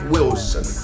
Wilson